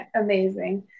amazing